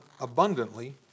abundantly